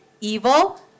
evil